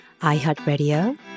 iHeartRadio